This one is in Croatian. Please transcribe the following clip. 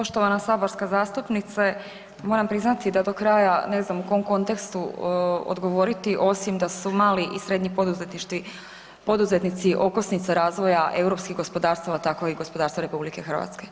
Poštovana saborska zastupnice, moram priznati da do kraja ne znam u kom kontekstu odgovoriti osim da su mali i srednji poduzetnici okosnica razvoja europskih gospodarstava tako i gospodarstva RH.